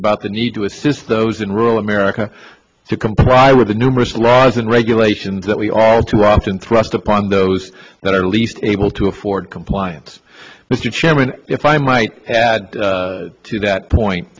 about the need to assist those in rural america to comply with the numerous laws and regulations that we all too often thrust upon those that are least able to afford compliant mr chairman if i might add to that point